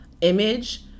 image